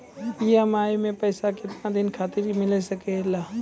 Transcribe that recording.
EMI मैं पैसवा केतना दिन खातिर मिल सके ला?